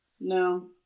No